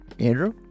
Andrew